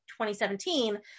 2017